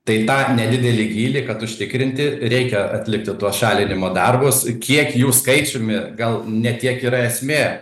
tai tą nedidelį gylį kad užtikrinti reikia atlikti tuos šalinimo darbus kiek jų skaičiumi gal ne tiek yra esmė